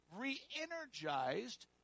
re-energized